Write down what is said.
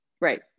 Right